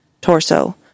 torso